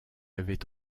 avait